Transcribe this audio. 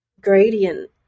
gradient